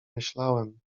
myślałem